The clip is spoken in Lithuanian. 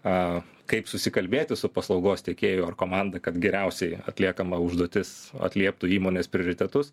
a kaip susikalbėti su paslaugos tiekėju ar komanda kad geriausiai atliekama užduotis atlieptų įmonės prioritetus